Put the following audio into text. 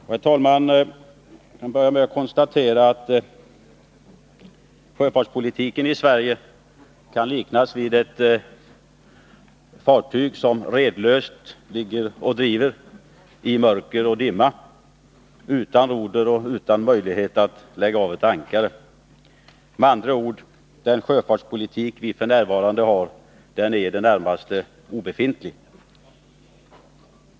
Och jag kan, herr talman, börja med att konstatera att sjöfartspolitiken i Sverige kan liknas vid ett fartyg som redlöst ligger och driver i mörker och dimma, utan roder och utan möjlighet att lägga av ett ankare. Med andra ord: Den sjöfartspolitik som vi f. n. har är i det närmaste helt utslagen.